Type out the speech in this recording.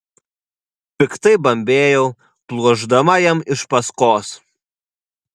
piktai bambėjau pluošdama jam iš paskos